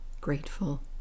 grateful